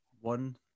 One